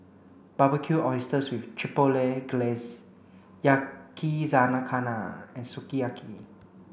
Barbecued Oysters with Chipotle Glaze Yakizakana and Sukiyaki